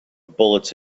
bullets